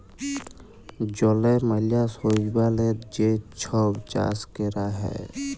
জলে ম্যালা শৈবালের যে ছব চাষ ক্যরা হ্যয়